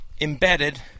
embedded